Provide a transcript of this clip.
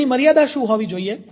તેની મર્યાદા શું હોવી જોઈએ